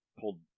Pulled